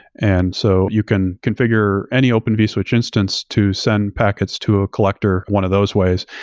and so you can conf igure any open vswitch instance to send packets to a collector one of those ways.